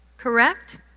correct